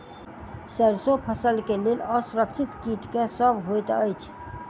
सैरसो फसल केँ लेल असुरक्षित कीट केँ सब होइत अछि?